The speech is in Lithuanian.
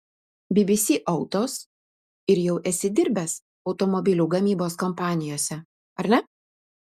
bbc autos ir jau esi dirbęs automobilių gamybos kompanijose ar ne